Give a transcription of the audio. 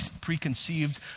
preconceived